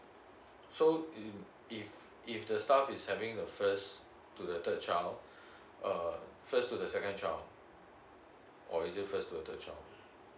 so if if the staff is having the first to the third child uh first to the second child or is it first to the third child